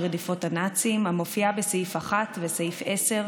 רדיפות הנאצים" המופיעה בסעיף 1 וסעיף 10,